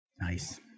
nice